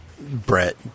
Brett